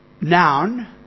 noun